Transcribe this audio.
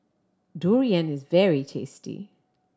durian is very tasty